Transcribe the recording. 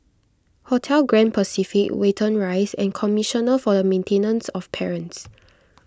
Hotel Grand Pacific Watten Rise and Commissioner for the Maintenance of Parents